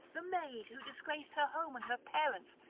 the maid who disgraced her home and her parents,